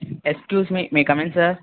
excuse me may come in sir